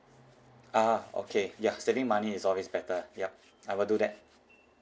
ah okay ya saving money is always better yup I will do that